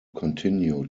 continue